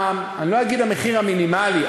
אני לא אגיד המחיר המינימלי,